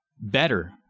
better